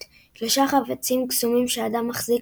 – שלושה חפצים קסומים שהאדם שמחזיק